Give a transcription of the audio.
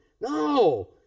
No